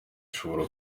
ashobora